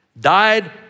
died